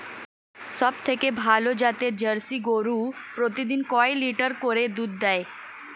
সবথেকে ভালো জাতের জার্সি গরু প্রতিদিন কয় লিটার করে দুধ দেয়?